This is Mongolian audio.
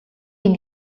энэ